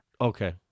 Okay